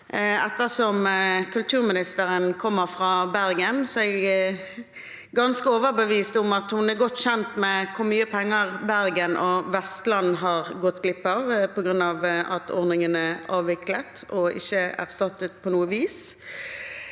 kulturministeren kommer fra Bergen, er jeg ganske overbevist om at hun er godt kjent med hvor mye penger Bergen og Vestland har gått glipp av på grunn av at ordningen er avviklet og ikke erstattet på noe vis.